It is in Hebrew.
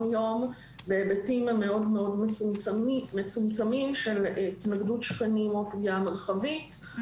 יום בהיבטים המאוד מאוד מצומצמים של התנגדות שכנים או פגיעה מרחבית.